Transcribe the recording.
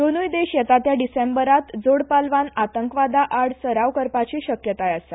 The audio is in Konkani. दोनूय देश येता त्या डिसेंबरांत जोड पालवान आतंकवादा आड सराव करपाची शक्यताय आसा